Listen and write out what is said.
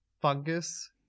fungus